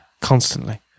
Constantly